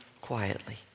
quietly